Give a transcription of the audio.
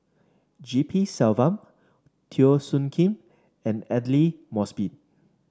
G P Selvam Teo Soon Kim and Aidli Mosbit